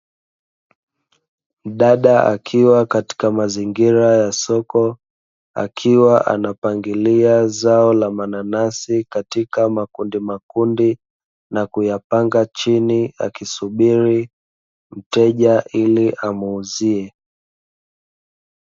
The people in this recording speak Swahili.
Mdada akiwa katika mazingira ya soko, akiwa anapangilia zao la mananasi katika makundimakundi, na kuyapanga chini akisubiri mteja ili amuuzie.